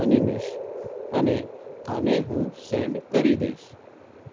અનિમેષ અને આને હું સેન્ડ કરી દઈશ